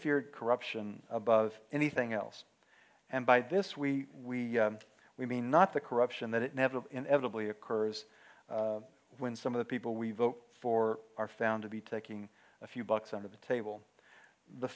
feared corruption above anything else and by this we we mean not the corruption that never inevitably occurs when some of the people we vote for are found to be taking a few bucks under the table the